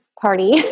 party